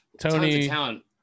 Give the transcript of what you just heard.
Tony